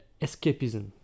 escapism